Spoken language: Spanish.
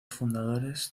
fundadores